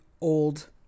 old